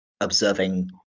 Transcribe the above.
observing